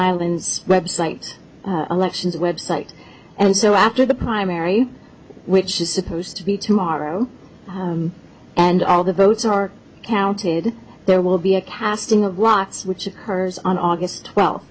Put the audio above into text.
islands website elections website and so after the primary which is supposed to be tomorrow and all the votes are counted there will be a casting of rocks which occurs on august twel